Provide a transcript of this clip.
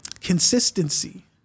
Consistency